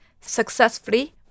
successfully